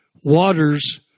waters